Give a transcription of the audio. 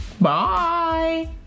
bye